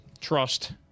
trust